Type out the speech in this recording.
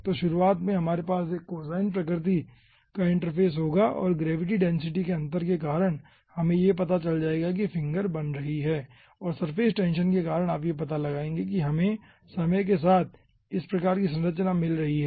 तो शुरुआत में हमारे पास एक कोसाइन प्रकृति का इंटरफेस होगा और ग्रेविटी और डेंसिटी के अंतर के कारण हमें पता चल जाएगा कि फिंगर बन रही है और सरफेस टेंशन के कारण आप यह पता लगाएंगे कि हमे समय के साथ इस प्रकार की संरचना मिल रही है